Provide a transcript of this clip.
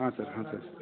ಹಾಂ ಸರ್ ಹಾಂ ಸರ್